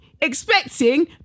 expecting